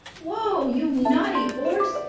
whoa, you naughty horse!